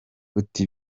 uti